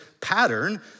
pattern